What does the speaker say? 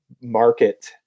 market